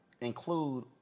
include